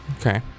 okay